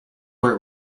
where